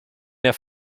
mehr